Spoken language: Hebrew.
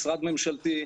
משרד ממשלתי,